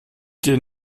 dir